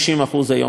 אם פעם 50%,